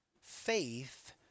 faith